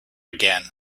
again